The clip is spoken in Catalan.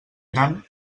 gran